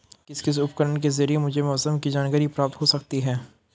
किस किस उपकरण के ज़रिए मुझे मौसम की जानकारी प्राप्त हो सकती है?